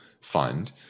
fund